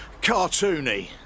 cartoony